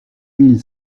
mille